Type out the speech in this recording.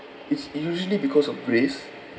it's usually because of race